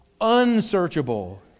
unsearchable